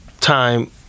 time